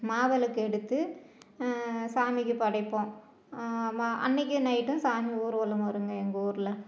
மாவிளக்கு எடுத்து சாமிக்கு படைப்போம் ம அன்னைக்கி நைட்டும் சாமி ஊர்வலம் வருங்க எங்கள் ஊரில்